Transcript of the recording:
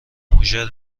مژر